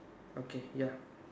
okay ya